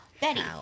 Betty